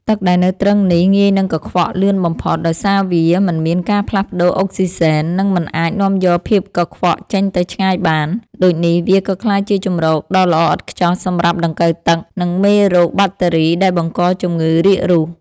ទឹកដែលនៅទ្រឹងនេះងាយនឹងកខ្វក់លឿនបំផុត ដោយសារវាមិនមានការផ្លាស់ប្តូរអុកស៊ីសែន និងមិនអាចនាំយកភាពកខ្វក់ចេញទៅឆ្ងាយបាន ដូចនេះវាក៏ក្លាយជាជម្រកដ៏ល្អឥតខ្ចោះសម្រាប់ដង្កូវទឹក និងមេរោគបាក់តេរីដែលបង្កជំងឺរាករូស។